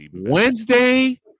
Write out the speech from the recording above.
Wednesday